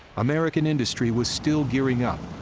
american industry was still gearing up,